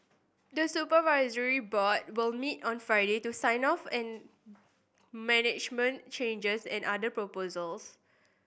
the supervisory board will meet on Friday to sign off on management changes and other proposals